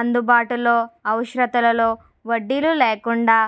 అందుబాటులో అవసరతలలో వడ్డీలు లేకుండా